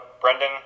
Brendan